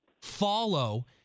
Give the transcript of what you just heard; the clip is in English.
follow